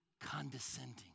condescending